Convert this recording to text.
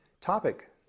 topic